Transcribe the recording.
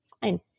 fine